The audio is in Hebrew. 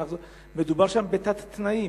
מדובר שם בתת-תנאים.